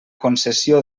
concessió